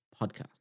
Podcast